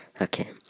Okay